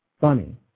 Funny